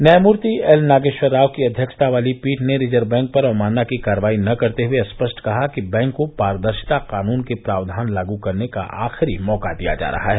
न्यायमूर्ति एल नागेश्वर राव की अव्यक्षता वाली पीठ ने रिजर्व बैंक पर अवमानना की कार्रवाई न करते हुए स्पष्ट कहा कि बैंक को पारदर्शिता कानून के प्राव्धान लागू करने का आखिरी मौका दिया जा रहा है